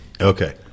Okay